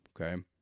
okay